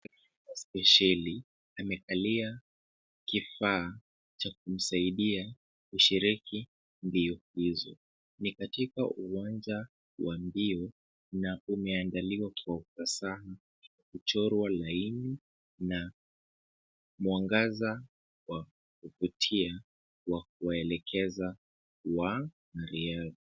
Spesheli amekalia kifaa cha kumsaidia kushiriki mbio hizo. Ni katika uwanja wa mbio na umeandliwa kwa ufasaha, kuchorwa laini na mwangaza wa kuvutia wa kuwaelekeza wanariadha.